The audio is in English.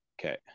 Okay